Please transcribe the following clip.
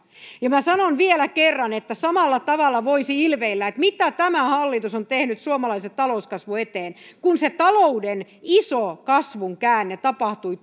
ja minä sanon vielä kerran että samalla tavalla voisi ilveillä siitä mitä tämä hallitus on tehnyt suomalaisen talouskasvun eteen kun se talouden iso kasvun käänne tapahtui